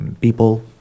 people